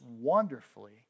wonderfully